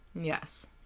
Yes